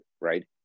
right